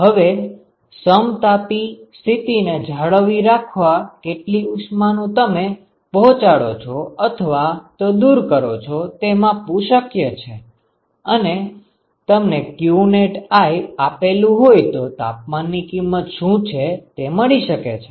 હવે સમતાપી સ્થિતિ ને જાળવી રાખવા કેટલી ઉષ્મા નું તમે પહોંચાડો છો અથવા તો દૂર કરો છો તે માપવું શક્ય છે અને તમને qneti આપેલું હોય તો તાપમાનની કિમત શુ છે તે મળી શકે છે